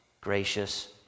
gracious